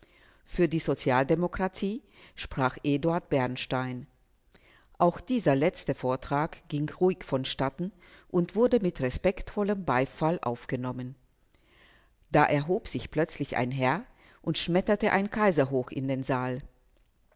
für die sozialdemokratie sprach eduard bernstein auch dieser letzte vortrag ging ruhig vonstatten und wurde mit respektvollem beifall aufgenommen da erhob sich plötzlich ein herr und schmetterte ein kaiserhoch in den saal